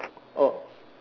or